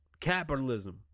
Capitalism